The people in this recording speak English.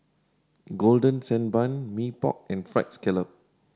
Golden Sand Bun Mee Pok and Fried Scallop